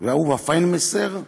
ואהובה פיינמסר,